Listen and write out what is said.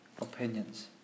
opinions